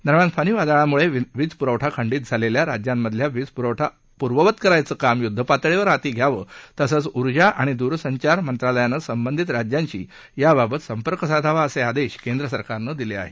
दरम्यान फनी वादळामुळे वीजपुरवठा खंडित झालेल्या राज्यांमधला वीजपुरवठा अपूर्ववत करण्याचं काम युद्धपातळीवर हाती घ्यावं तसंच ऊर्जा आणि दूरसंचार मंत्रालयानं संबंधित राज्यांशी याबाबत संपर्क साधावा असे आदेश केंद्रसरकारनं दिले आहेत